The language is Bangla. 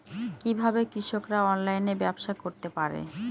কিভাবে কৃষকরা অনলাইনে ব্যবসা করতে পারে?